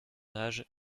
age